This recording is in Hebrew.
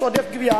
יש עודף גבייה,